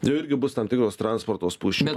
jau irgi bus tam tikros transporto spūsčių